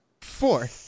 Four